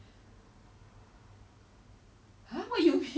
they capitalised on like labor like cheap labour